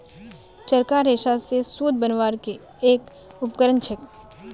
चरखा रेशा स सूत बनवार के एक उपकरण छेक